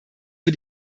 für